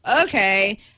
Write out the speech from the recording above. okay